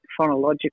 phonological